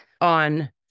on